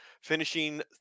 finishing